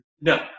No